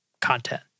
content